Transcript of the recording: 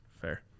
Fair